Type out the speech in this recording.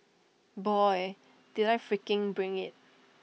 boy did I freaking bring IT